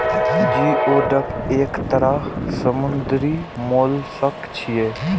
geoduck एक तरह समुद्री मोलस्क छियै